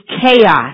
chaos